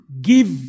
give